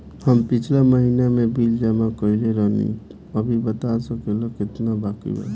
हम पिछला महीना में बिल जमा कइले रनि अभी बता सकेला केतना बाकि बा?